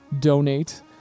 donate